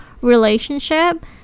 relationship